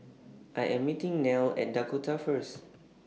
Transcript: I Am meeting Nelle At Dakota First